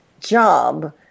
job